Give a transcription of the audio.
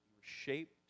shaped